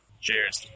Cheers